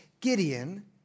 Gideon